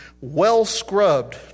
well-scrubbed